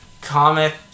comic